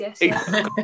yes